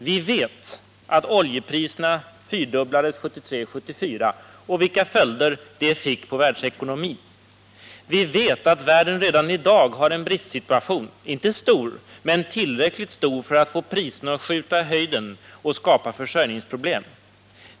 Vi vet att oljepriserna fyrdubblades 1973-1974 och vilka följder det fick på världsekonomin. Vi vet att världen redan i dag har en bristsituation — inte stor, men tillräckligt stor för att få priserna att skjuta i höjden och skapa försörjningsproblem.